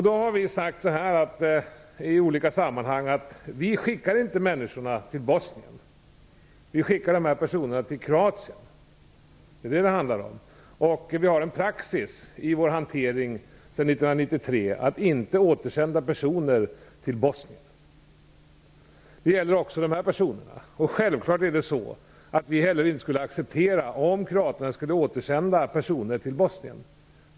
Då har vi sagt så här i olika sammanhang. Vi skickar inte människorna till Bosnien, vi skickar de här personerna till Kroatien. Det är vad det handlar om. Vi har en praxis i vår hantering sedan 1993, att inte återsända personer till Bosnien. Det gäller också de här personerna. Självklart skulle vi heller inte acceptera om kroaterna återsände personer till Bosnien.